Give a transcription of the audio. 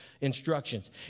instructions